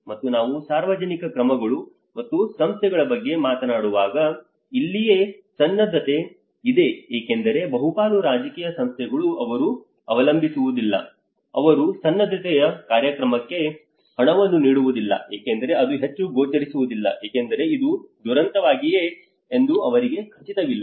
ಮತ್ತು ನಾವು ಸಾರ್ವಜನಿಕ ಕ್ರಮಗಳು ಮತ್ತು ಸಂಸ್ಥೆಗಳ ಬಗ್ಗೆ ಮಾತನಾಡುವಾಗ ಇಲ್ಲಿಯೇ ಸನ್ನದ್ಧತೆ ಇದೆ ಏಕೆಂದರೆ ಬಹುಪಾಲು ರಾಜಕೀಯ ಸಂಸ್ಥೆಗಳು ಅವರು ಅವಲಂಬಿಸುವುದಿಲ್ಲ ಅವರು ಸನ್ನದ್ಧತೆಯ ಕಾರ್ಯಕ್ರಮಕ್ಕೆ ಹಣವನ್ನು ನೀಡುವುದಿಲ್ಲ ಏಕೆಂದರೆ ಅದು ಹೆಚ್ಚು ಗೋಚರಿಸುವುದಿಲ್ಲ ಏಕೆಂದರೆ ಅದು ದುರಂತವಾಗಿದೆಯೇ ಎಂದು ಅವರಿಗೆ ಖಚಿತವಿಲ್ಲ